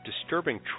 disturbing